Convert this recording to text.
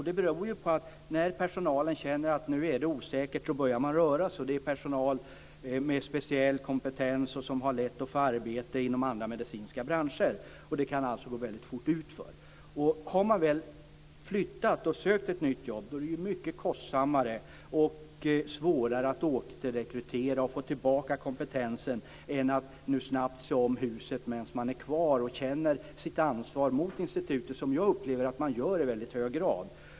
Det beror på att när personalen känner att det är osäkert börjar den röra sig. Det är personal med speciell kompetens som har lätt att få arbete inom andra medicinska branscher. Det kan alltså gå väldigt fort utför. Har personalen väl flyttat och sökt ett nytt jobb är det mycket kostsammare och svårare att återrekrytera och få tillbaka kompetensen än att snabbt se om huset medan den är kvar och känner sitt ansvar gentemot institutet, som jag upplever att man gör i väldigt hög grad.